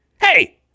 Hey